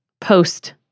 post